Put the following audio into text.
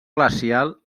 glacial